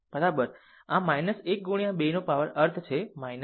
આમ 1 ગુણ્યા 2 પાવરનો અર્થ તે છે બરાબર